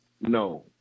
no